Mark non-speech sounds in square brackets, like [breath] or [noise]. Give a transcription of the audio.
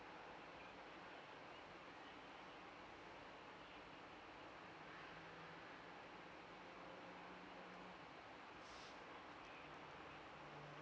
[breath]